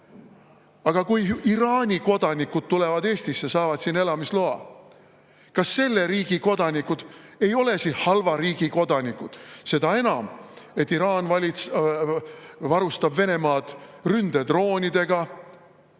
Kui Iraani kodanikud tulevad Eestisse ja saavad siin elamisloa, siis kas selle riigi kodanikud ei ole halva riigi kodanikud? Seda enam, et Iraan varustab Venemaad ründedroonidega,